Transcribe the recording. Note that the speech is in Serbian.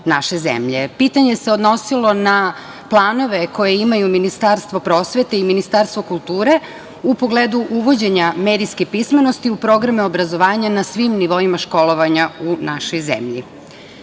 Pitanje se odnosilo na planove koje imaju Ministarstvo prosvete i Ministarstvo kulture u pogledu uvođenja medijske pismenosti u programe obrazovanja na svim nivoima školovanja u našoj zemlji. Kao